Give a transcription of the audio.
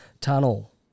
tunnel